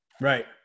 Right